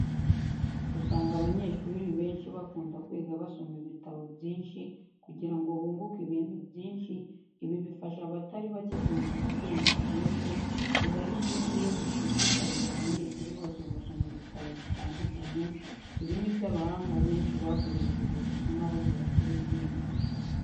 Usanga abanyeshuri benshi bakunda kwiga basoma ibitabo byinshi kugira ngo bunguke ibintu byinshi, ibi bifasha abatari bake kunguka ubwenge bwinshi, biba ari byiza iyo dushishikarije abanyeshuri bose gusoma ibitabo bitandukanye, ibi ni byo abahanga benshi bakoresheje bituma bagera kuri byinshi.